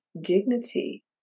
dignity